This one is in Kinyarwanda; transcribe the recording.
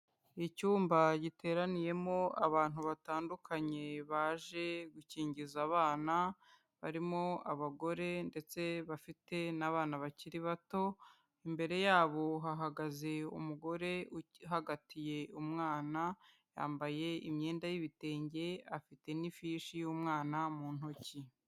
Icyumba giteraniyemo abantu batandukanye baje gukingiza abana, harimo abagore ndetse bafite n'abana bakiri bato, imbere yabo hahagaze umugore ugihagatiye umwana, yambaye imyenda y'ibitenge afite n'ifishi y'umwana mu ntoki.